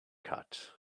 cut